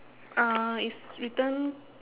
uh it's written